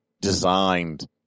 designed